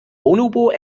bonobo